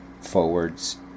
forwards